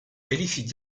qualifient